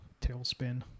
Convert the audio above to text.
tailspin